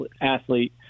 athlete